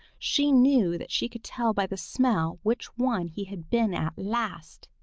she knew that she could tell by the smell which one he had been at last.